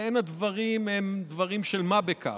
ואין אלה דברים דברים של מה בכך.